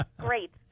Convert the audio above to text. Great